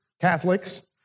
Catholics